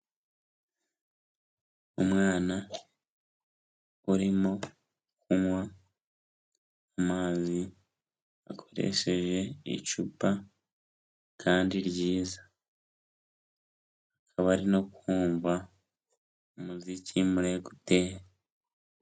Umwana urimo unywa amazi akoresheje icupa kandi ryiza, akaba ari no kumva umuziki muri ekuteri.